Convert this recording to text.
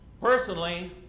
Personally